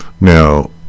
Now